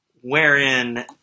wherein